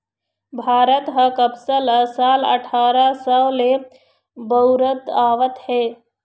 भारत ह कपसा ल साल अठारा सव ले बउरत आवत हे